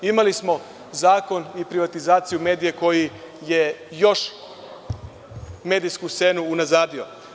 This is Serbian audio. Imali smo zakon i privatizaciju medija koji je još medijsku scenu unazadio.